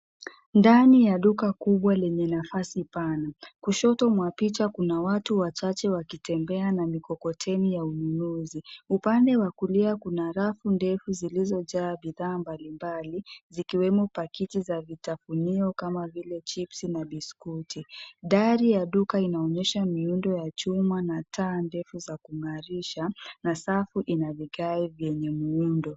Ndani ya duka kubwa lenye nafasi pana. Kushoto mwa picha kuna watu wachache wakitembea na mikokoteni ya ununuzi. Upande wa kulia kuna rafu ndefu zilizojaa bidhaa mbalimbali zikiwemo pakiti za vitafunio kama vile chipsi mabiskuti. Dari ya duka inaonyesha miundo ya chuma na taa ndefu za kung'arisha na safu ina vigae vyenye muundo.